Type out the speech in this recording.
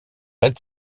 red